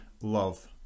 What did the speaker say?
love